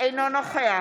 אינו נוכח